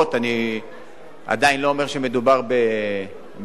אני עדיין לא אומר שמדובר בטייקונים,